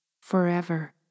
forever